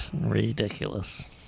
Ridiculous